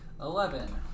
Eleven